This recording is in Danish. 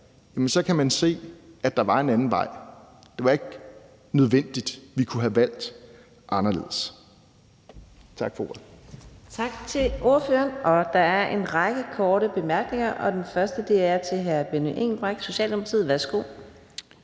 så kan man se, at der var en anden vej. Det var ikke nødvendigt. Vi kunne have valgt anderledes. Tak for ordet. Kl. 11:14 Fjerde næstformand (Karina Adsbøl): Tak til ordføreren. Der er en række korte bemærkninger, og den første er til hr. Benny Engelbrecht, Socialdemokratiet. Værsgo.